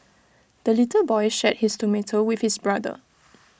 the little boy shared his tomato with his brother